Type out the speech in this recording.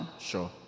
Sure